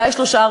אולי שלושה,